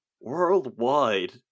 Worldwide